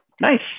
Nice